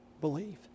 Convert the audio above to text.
Believe